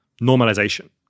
normalization